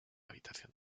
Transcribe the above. habitación